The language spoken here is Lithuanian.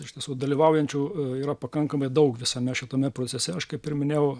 iš tiesų dalyvaujančių yra pakankamai daug visame šitame procese aš kaip ir minėjau